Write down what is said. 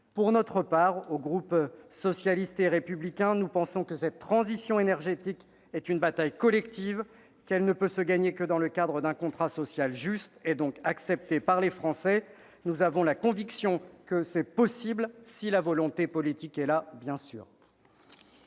Pour notre part, au groupe socialiste et républicain, nous pensons que cette transition énergétique est une bataille collective, qu'elle ne peut se gagner que dans le cadre d'un contrat social juste et donc accepté par les Français. Nous avons la conviction que c'est possible si la volonté politique est là.